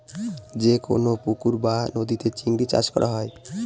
যেকোনো পুকুর বা নদীতে চিংড়ি চাষ করা হয়